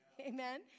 Amen